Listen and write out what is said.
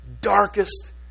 darkest